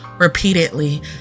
repeatedly